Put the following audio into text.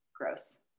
Gross